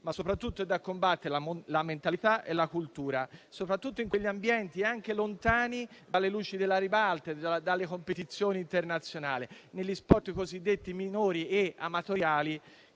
Soprattutto sono da combattere la mentalità e la cultura, specie in quegli ambienti lontani dalle luci della ribalta e dalle competizioni internazionali, negli sport cosiddetti minori e amatoriali